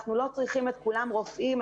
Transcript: אנחנו לא צריכים את כולם רופאים,